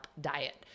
diet